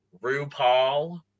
RuPaul